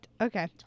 Okay